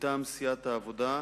מטעם סיעת העבודה,